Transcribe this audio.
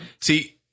See